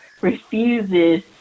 refuses